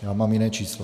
Já mám jiné číslo.